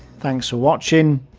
thanks for watching,